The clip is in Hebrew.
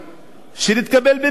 שנתקבל במכרז,